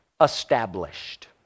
established